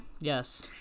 yes